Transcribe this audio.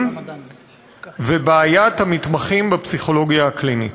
ובעיית המתמחים בפסיכולוגיה קלינית.